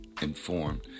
informed